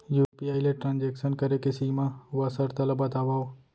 UPI ले transaction करे के सीमा व शर्त ला बतावव?